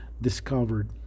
discovered